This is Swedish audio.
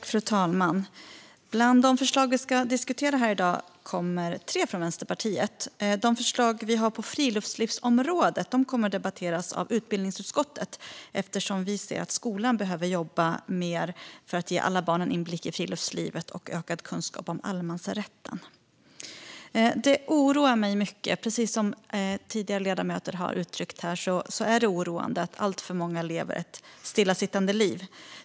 Fru talman! Bland de förslag som ska diskuteras här i dag kommer tre från Vänsterpartiet. De förslag vi har på friluftslivsområdet kommer att debatteras av utbildningsutskottet, eftersom vi anser att skolan behöver jobba mer för att ge alla barn inblick i friluftslivet och ökad kunskap om allemansrätten. Det oroar mig mycket - precis som andra ledamöter har uttryckt tidigare - att många lever ett alltför stillasittande liv.